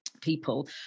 people